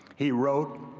he wrote,